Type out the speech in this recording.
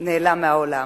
נעלם מהעולם.